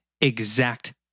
exact